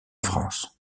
france